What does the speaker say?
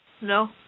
No